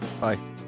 Bye